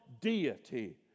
deity